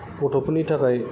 गथ'फोरनि थाखाय